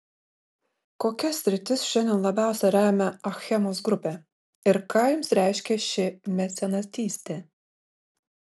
kokias sritis šiandien labiausiai remia achemos grupė ir ką jums reiškia ši mecenatystė